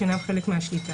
שאינם חלק מהשליטה.